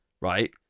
right